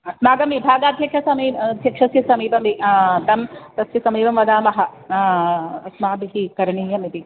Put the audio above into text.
अस्माकं विभागाध्यक्षस्य समी अध्यक्षस्य समीपम् तं तस्य समीपं वदामः अस्माभिः करणीयमिति